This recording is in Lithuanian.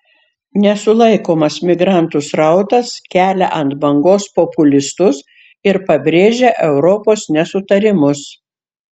nesulaikomas migrantų srautas kelia ant bangos populistus ir pabrėžia europos nesutarimus